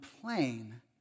plain